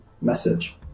message